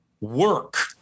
work